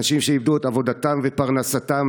אנשים שאיבדו את עבודתם ואת פרנסתם,